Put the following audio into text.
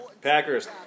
Packers